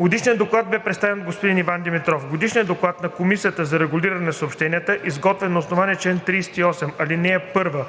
Годишният доклад бе представен от господин Иван Димитров. Годишният доклад на Комисията за регулиране на съобщенията, изготвен на основание на чл. 38, ал. 1